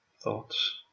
thoughts